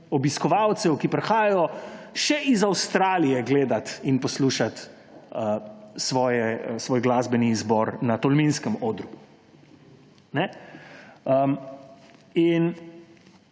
obiskovalcev, ki prihajajo še iz Avstralije gledat in poslušat svoj glasbeni izbor na tolminskem odru. To